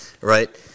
right